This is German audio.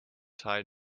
teil